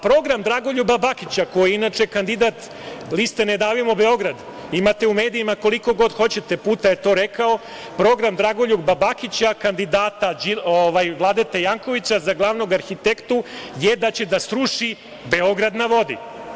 Program Dragoljuba Bakića, ko je inače kandidat liste „Ne davimo Beograd“, imate u medijima koliko god hoćete puta je to rekao – Program Dragoljuba Bakića, kandidata Vladete Jankovića za glavnog arhitektu je da će srušiti „Beograd na vodi“